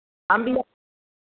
हम भी